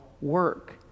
work